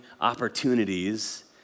opportunities